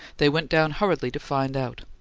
they went down hurriedly to find out.